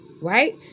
Right